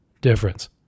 difference